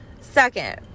Second